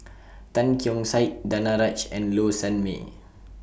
Tan Keong Saik Danaraj and Low Sanmay